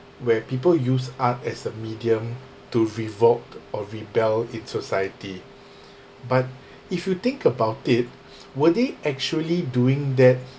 where people use art as a medium to revolt or rebel it society but if you think about it were they actually doing that